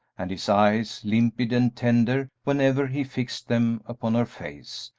and his eyes, limpid and tender whenever he fixed them upon her face,